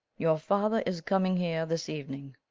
your father is coming here this evening.